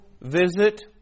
visit